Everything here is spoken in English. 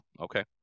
okay